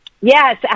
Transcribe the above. Yes